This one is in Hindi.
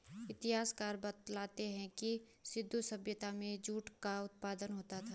इतिहासकार बतलाते हैं कि सिन्धु सभ्यता में भी जूट का उत्पादन होता था